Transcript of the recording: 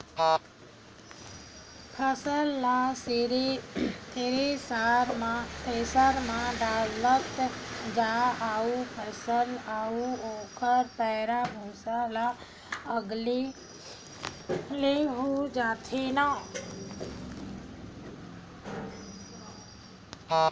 फसल ल थेरेसर म डालत जा अउ फसल अउ ओखर पैरा, भूसा ह अलगे हो जाथे न